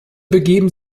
begeben